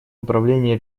управление